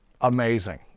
amazing